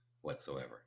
whatsoever